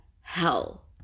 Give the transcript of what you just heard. hell